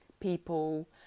People